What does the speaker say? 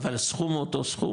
אבל הסכום הוא אותו סכום?